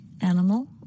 animal